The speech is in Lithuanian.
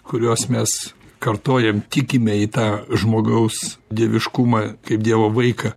kuriuos mes kartojam tikime į tą žmogaus dieviškumą kaip dievo vaiką